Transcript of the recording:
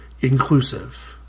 inclusive